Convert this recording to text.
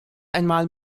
einmal